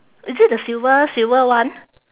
is it the silver silver one